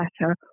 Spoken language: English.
better